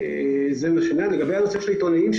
לגבי הנושא של עיתונאים,